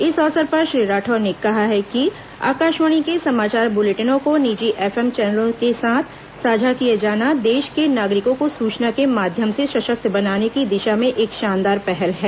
इस अवसर पर श्री राठौड़ ने कहा है कि आकाशवाणी के समाचार बुलेटिनों को निजी एफ एम चैनलों के साथ साझा किया जाना देश के नागरिकों को सूचना के माध्यम से सशक्त बनने की दिशा में एक शानदार पहल है